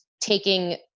taking